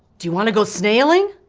do you want to go snailing?